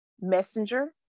messenger